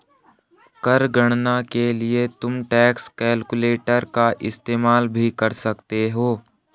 कर गणना के लिए तुम टैक्स कैलकुलेटर का इस्तेमाल भी कर सकते हो